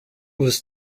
was